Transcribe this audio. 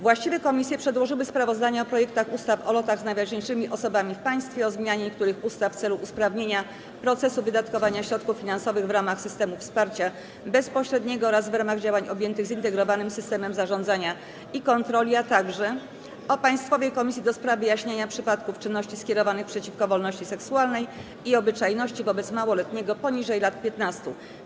Właściwe komisje przedłożyły sprawozdania o projektach ustaw: - o lotach z najważniejszymi osobami w państwie, - o zmianie niektórych ustaw w celu usprawnienia procesu wydatkowania środków finansowych w ramach systemów wsparcia bezpośredniego oraz w ramach działań objętych zintegrowanym systemem zarządzania i kontroli, - o Państwowej Komisji do spraw wyjaśniania przypadków czynności skierowanych przeciwko wolności seksualnej i obyczajności, wobec małoletniego poniżej lat 15.